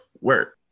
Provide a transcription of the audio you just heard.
work